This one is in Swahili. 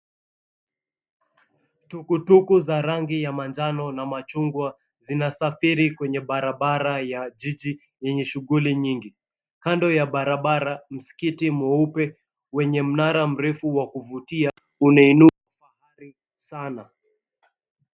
Tukutuku za rangi ya manjano na machungwa zinasafiri kwenye barabara ya jiji yenye shughuli nyingi kando ya barabara msikiti mweupe wenye mnara mrefu wa kuvutia unainuka sana.